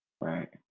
Right